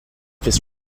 this